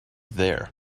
there